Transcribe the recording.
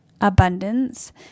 abundance